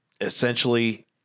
essentially